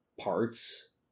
parts